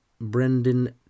Brendan